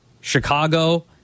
Chicago